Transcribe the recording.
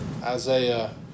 Isaiah